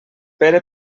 pere